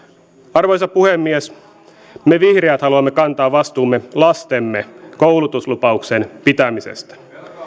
arvoisa puhemies me vihreät haluamme kantaa vastuumme lastemme koulutuslupauksen pitämisestä